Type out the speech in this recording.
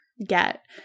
get